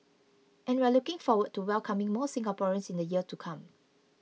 and we're looking forward to welcoming more Singaporeans in the years to come